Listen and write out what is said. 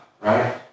right